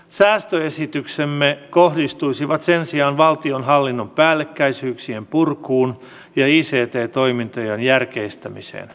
säästöesityksemme kohdistuisivat sen sijaan valtionhallinnon päällekkäisyyksien purkuun ja ict toimintojen järkeistämiseen